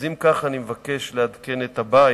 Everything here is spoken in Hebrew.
אם כך, אני מבקש לעדכן את הבית.